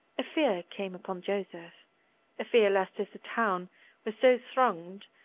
a fear came upon joseph a fear lest, if the town were so thronged,